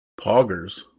Poggers